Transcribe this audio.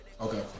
Okay